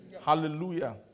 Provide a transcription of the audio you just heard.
Hallelujah